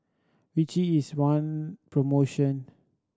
Vichy is one promotion